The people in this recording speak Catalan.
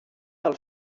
del